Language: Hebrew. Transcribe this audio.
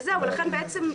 ולכן בעצם,